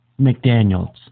McDaniels